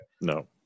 No